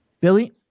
Billy